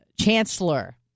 Chancellor